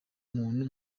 muntu